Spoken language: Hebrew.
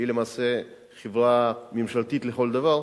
שהיא למעשה חברה משפטית לכל דבר,